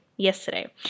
yesterday